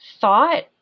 thought